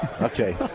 Okay